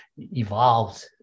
Evolved